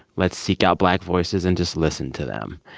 let's seek out black voices and just listen to them.